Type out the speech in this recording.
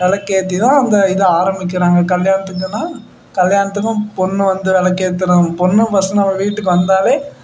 விளக்கு ஏற்றி தான் அந்த இதை ஆரம்மிக்கிறாங்கள் கல்யாணத்துக்கு போனால் கல்யாணத்துக்கும் பொண்ணு வந்து விக்கு ஏற்றணும் பொண்ணு ஃபஸ்ட்டு நம்ம வீட்டுக்கு வந்தாலே